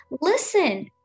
listen